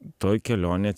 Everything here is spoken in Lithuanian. toj kelionėj